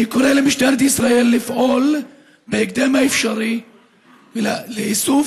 אני קורא למשטרת ישראל לפעול בהקדם האפשרי לאיסוף